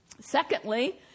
Secondly